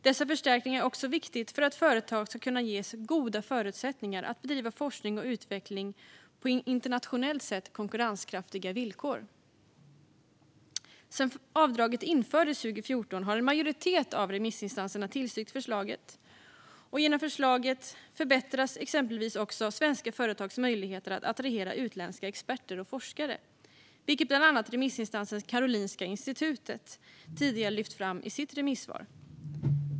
Dessa förstärkningar är också viktiga för att företag ska kunna ges goda förutsättningar att bedriva forskning och utveckling på internationellt sett konkurrenskraftiga villkor. Ytterligare förstärkt nedsättning av arbets-givaravgifter för per-soner som arbetar med forskning eller utveckling Sedan avdraget infördes 2014 har en majoritet av remissinstanserna tillstyrkt förslaget. Genom förslaget förbättras exempelvis också svenska företags möjligheter att attrahera utländska experter och forskare, vilket bland annat remissinstansen Karolinska institutet tidigare lyft fram i sitt remissvar.